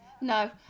No